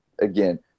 again